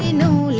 new